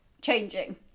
changing